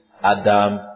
Adam